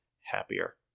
happier